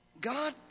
God